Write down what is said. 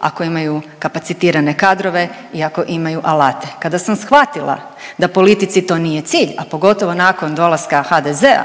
ako imaju kapacitirane kadrove i ako imaju alate. Kada sam shvatila da politici to nije cilj, a pogotovo nakon dolaska HDZ-a